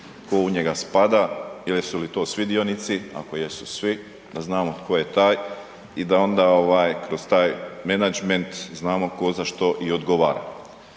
tko u njega spada, jesu li to svi dionici, ako jesu svi, da znamo tko je taj i da onda kroz taj menadžment znamo tko za što i odgovara.